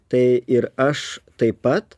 tai ir aš taip pat